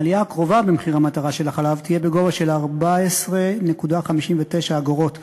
העלייה הקרובה במחיר המטרה של החלב תהיה בגובה של 14.59 אגורות נוספות,